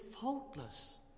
faultless